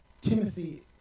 Timothy